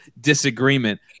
disagreement